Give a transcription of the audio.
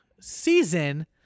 season